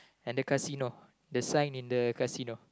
and the casino the sign in the casino